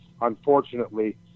Unfortunately